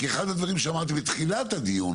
כי אחד הדברים שאמרתי בתחילת הדיון